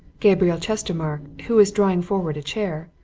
gabriel chestermarke, who was drawing forward a chair,